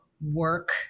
Work